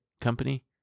company